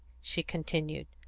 she continued.